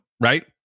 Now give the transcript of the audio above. right